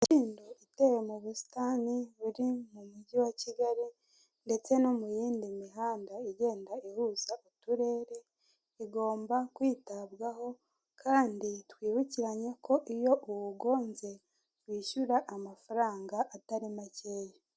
Imikindo iteye mu busitani buri mu mujyi wa Kgali ndetse no mu yindi mihanda igenda ihuza uturere, igomba kwitabwaho; kandi twibukiranye ko iyo uwugonze, wishyura amafaranga atari makeya.